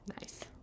Nice